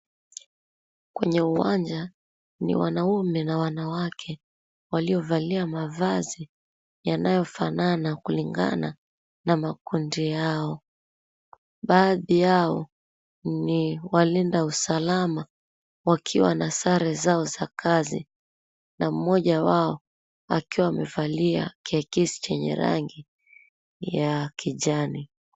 Kwenye uwanja ni wanaume na wanawake waliovalia mavazi yanayofanana kulingana na makundi yao. Baadhi yao ni walinda usalama wakiwa na sare zao za kazi na mmoja wao akiwa amevalia kiakisi chenye rangi ya kijani.